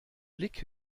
blick